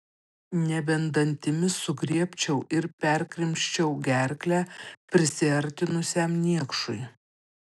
nebent dantimis sugriebčiau ir perkrimsčiau gerklę prisiartinusiam niekšui